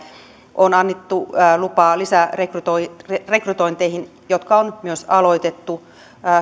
on annettu lupa lisärekrytointeihin lisärekrytointeihin jotka on myös aloitettu